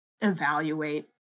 evaluate